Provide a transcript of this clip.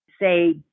say